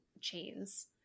chains